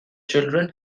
children